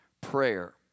prayer